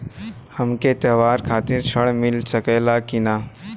हमके त्योहार खातिर त्रण मिल सकला कि ना?